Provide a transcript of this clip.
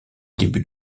début